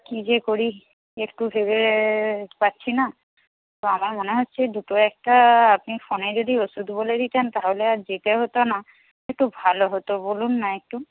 কি যে করি একটু ভেবে পাচ্ছি না তো আমার মনে হচ্ছে দুটো একটা আপনি ফোনে যদি ওষুধ বলে দিতেন তাহলে আর যেতে হতো না একটু ভালো হতো বলুন না একটু